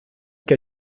qu’a